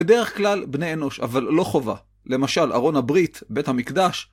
בדרך כלל, בני אנוש, אבל לא חובה, למשל, ארון הברית, בית המקדש.